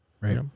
Right